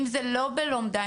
אם זה לא בלומדה,